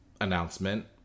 announcement